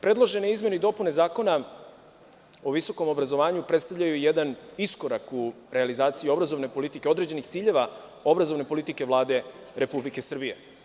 Predložene izmene i dopune Zakona o visokom obrazovanju predstavljaju jedan iskorak u realizaciji obrazovne politike, određenih ciljeva obrazovne politike Vlade Republike Srbije.